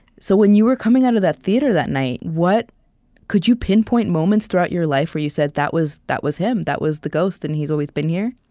so when you were coming out of that theater that night, could you pinpoint moments throughout your life where you said, that was that was him that was the ghost, and he's always been here?